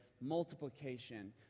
multiplication